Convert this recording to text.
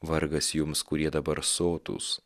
vargas jums kurie dabar sotūs